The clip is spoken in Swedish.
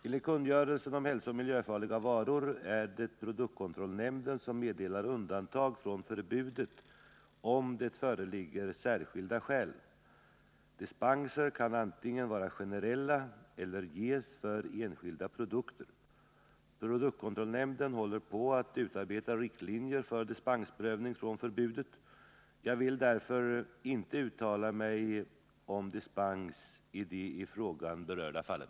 Enligt kungörelsen om hälsooch miljöfarliga varor är det produktkontrollnämnden som meddelar undantag från förbudet om det föreligger särskilda skäl. Dispenser kan antingen vara generella eller ges för enskilda produkter. Produktkontrollnämnden håller på att utarbeta riktlinjer för dispensprövning från förbudet. Jag vill därför inte uttala mig om dispens i de i frågan berörda fallen.